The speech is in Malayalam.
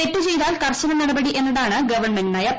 തെറ്റ് ചെയ്താൽ കർക്കശ നടപടി എന്നതാണ് ഗവൺമെന്റ് നയം